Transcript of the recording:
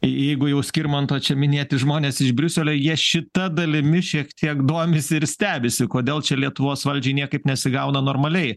jeigu jau skirmanto čia minėti žmonės iš briuselio jie šita dalimi šiek tiek domisi ir stebisi kodėl čia lietuvos valdžiai niekaip nesigauna normaliai